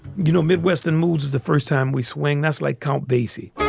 you know, midwestern mood is the first time we swing, that's like count basie